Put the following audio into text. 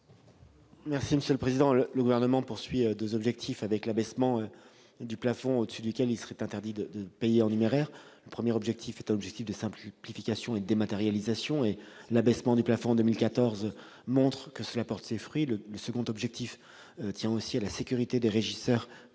l'avis du Gouvernement ? Le Gouvernement se fixe deux objectifs avec l'abaissement du plafond au-dessus duquel il serait interdit de payer en numéraire. Le premier est un objectif de simplification et de dématérialisation. L'abaissement du plafond en 2014 montre que cela porte ses fruits. Le second objectif tient aussi à la sécurité des régisseurs,